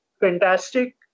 fantastic